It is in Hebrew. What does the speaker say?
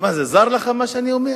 זר לך מה שאני אומר?